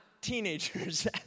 teenagers